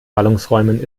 ballungsräumen